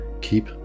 keep